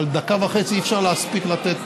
אבל בדקה וחצי אי-אפשר להספיק לתת